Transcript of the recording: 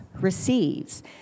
receives